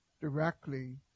directly